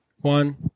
one